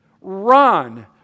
Run